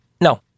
No